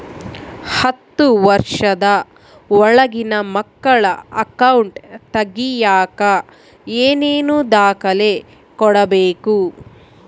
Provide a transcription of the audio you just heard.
ಹತ್ತುವಷ೯ದ ಒಳಗಿನ ಮಕ್ಕಳ ಅಕೌಂಟ್ ತಗಿಯಾಕ ಏನೇನು ದಾಖಲೆ ಕೊಡಬೇಕು?